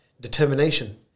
Determination